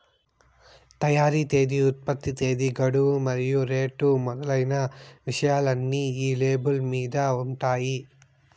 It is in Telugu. తయారీ తేదీ ఉత్పత్తి తేదీ గడువు మరియు రేటు మొదలైన విషయాలన్నీ ఈ లేబుల్ మీద ఉంటాయి